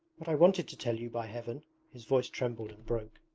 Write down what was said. what i wanted to tell you, by heaven his voice trembled and broke.